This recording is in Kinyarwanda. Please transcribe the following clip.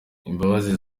imbabazi